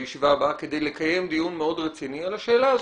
כדי לקיים דיון מאוד רציני על השאלה הזאת.